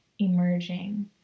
emerging